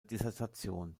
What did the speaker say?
dissertation